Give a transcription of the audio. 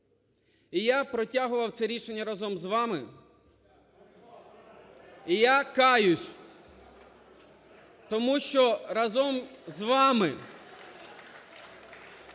І я протягував це рішення разом з вами, і я каюсь, тому що разом з вами…